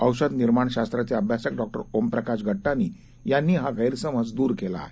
औषध निर्माण शास्त्राचे अभ्यासक डॉ ओमप्रकाश गट्टाणी यांनी हा गैरसमज दूर केला आहे